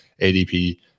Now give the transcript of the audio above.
ADP